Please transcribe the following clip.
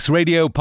Radio